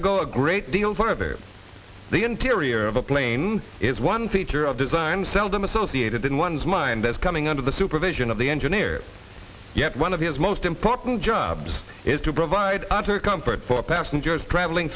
to go a great deal further the interior of a plane is one feature of design seldom associated in one's mind as coming under the supervision of the engineer yet one of his most important jobs is to provide other comfort for passengers traveling